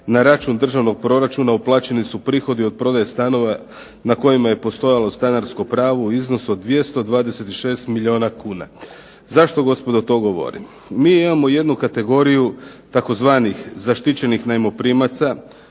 na račun državnog proračuna uplaćeni su prihodi od prodaje stanova na kojima je postojalo stanarsko pravo u iznosu od 226 milijuna kuna." Zašto gospodo to govorim? Mi imamo jednu kategoriju tzv. zaštićenih najmoprimaca,